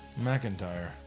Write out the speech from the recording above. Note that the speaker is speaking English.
McIntyre